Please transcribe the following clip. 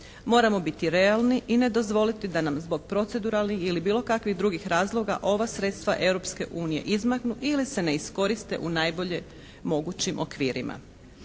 Moramo biti realni i ne dozvoliti da nam zbog proceduralnih ili bilo kakvih drugih razloga ova sredstva Europske unije izmaknu ili se ne iskoriste u najbolje mogućim okvirima.